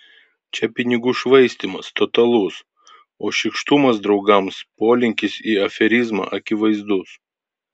čia pinigų švaistymas totalus o šykštumas draugams polinkis į aferizmą akivaizdus